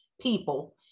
people